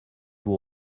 vous